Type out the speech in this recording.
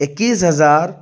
اکیس ہزار